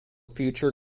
future